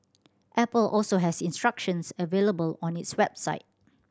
Apple also has instructions available on its website